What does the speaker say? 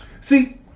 See